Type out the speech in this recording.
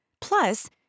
Plus